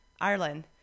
Ireland